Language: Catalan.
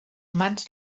mans